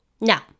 Now